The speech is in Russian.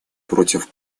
против